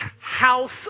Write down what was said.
house